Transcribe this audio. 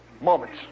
moments